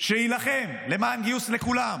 שיילחם למען גיוס לכולם,